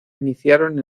iniciaron